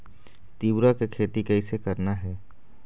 तिऊरा के खेती कइसे करना हे?